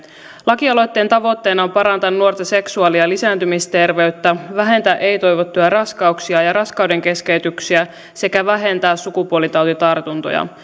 lakialoitteen tavoitteena on parantaa nuorten seksuaali ja lisääntymisterveyttä vähentää ei toivottuja raskauksia ja raskaudenkeskeytyksiä sekä vähentää sukupuolitautitartuntoja